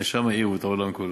ושם האירו את העולם כולו.